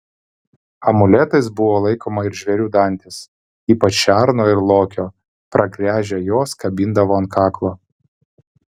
amuletais buvo laikoma ir žvėrių dantys ypač šerno ir lokio pragręžę juos kabindavo ant kaklo